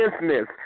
business